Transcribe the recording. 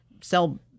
sell